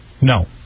No